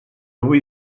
avui